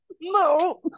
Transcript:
no